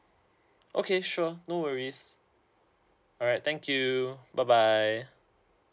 okay sure no worries alright thank you bye bye